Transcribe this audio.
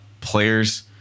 players